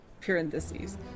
parentheses